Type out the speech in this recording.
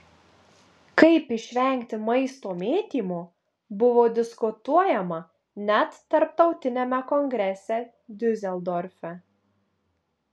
kaip išvengti maisto mėtymo buvo diskutuojama net tarptautiniame kongrese diuseldorfe